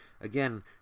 Again